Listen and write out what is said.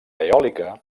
eòlica